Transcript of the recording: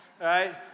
right